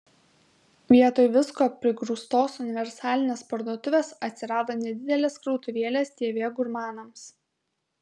vietoj visko prigrūstos universalinės parduotuvės atsirado nedidelės krautuvėlės tv gurmanams